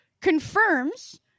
confirms